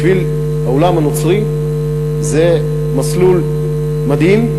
בשביל העולם הנוצרי זה מסלול מדהים.